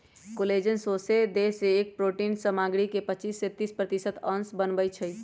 collagen सौसे देह के प्रोटिन सामग्री के पचिस से तीस प्रतिशत अंश बनबइ छइ